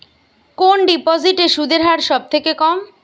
কোন ডিপোজিটে সুদের হার সবথেকে কম?